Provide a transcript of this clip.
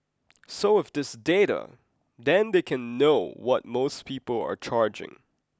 so with this data then they can know what most people are charging